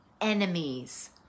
enemies